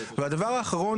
הדבר האחרון,